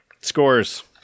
Scores